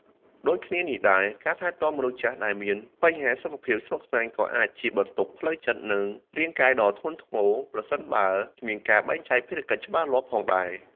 ដូចគ្នានេះដែរ ការថែទាំមនុស្សចាស់ដែលមានបញ្ហាសុខភាពស្មុគស្មាញក៏អាចជាបន្ទុកផ្លូវចិត្ត និងរាងកាយដ៏ធ្ងន់ធ្ងរ ប្រសិនបើគ្មានការបែងចែកភារកិច្ចច្បាស់លាស់ផងដែរ។